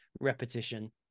repetition